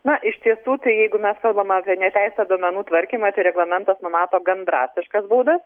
na iš tiesų tai jeigu mes kalbam apie neteisėtą duomenų tvarkymą reglamentas numato gan drastiškas baudas